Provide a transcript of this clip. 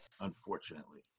unfortunately